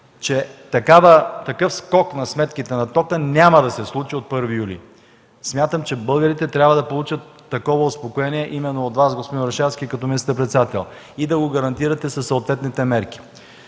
че такъв скок на сметките на тока няма да се случи от 1 юли. Смятам, че българите трябва да получат такова успокоение именно от Вас, господин Орешарски, като министър-председател, и да го гарантирате със съответните мерки.